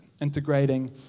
integrating